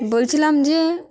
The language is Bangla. বলছিলাম যে